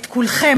את כולכם,